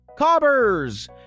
Cobbers